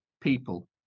people